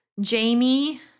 Jamie